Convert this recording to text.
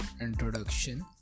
introduction